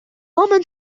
woman